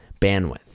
bandwidth